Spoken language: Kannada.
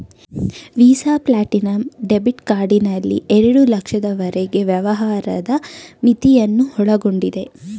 ವೀಸಾ ಪ್ಲಾಟಿನಮ್ ಡೆಬಿಟ್ ಕಾರ್ಡ್ ನಲ್ಲಿ ಎರಡು ಲಕ್ಷದವರೆಗೆ ವ್ಯವಹಾರದ ಮಿತಿಯನ್ನು ಒಳಗೊಂಡಿದೆ